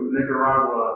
Nicaragua